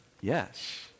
Yes